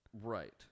right